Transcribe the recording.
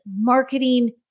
marketing